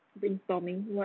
brainstorming what